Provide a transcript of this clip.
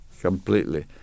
completely